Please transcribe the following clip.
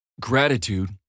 Gratitude